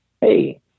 Hey